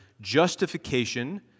justification